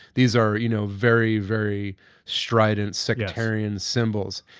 these are you know very, very strident sectarian symbols.